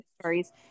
stories